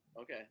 Okay